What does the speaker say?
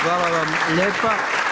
Hvala vam lijepa.